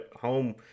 home